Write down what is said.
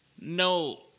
no